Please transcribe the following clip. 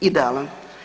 Idealan.